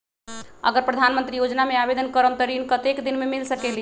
अगर प्रधानमंत्री योजना में आवेदन करम त ऋण कतेक दिन मे मिल सकेली?